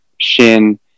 shin